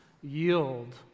yield